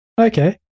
Okay